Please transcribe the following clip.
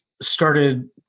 started